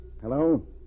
hello